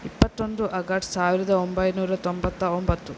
ಇಪ್ಪತ್ತೊಂದು ಆಗಸ್ಟ್ ಸಾವಿರದ ಒಂಬೈನೂರ ತೊಂಬತ್ತ ಒಂಬತ್ತು